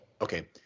Okay